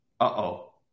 Uh-oh